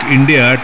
India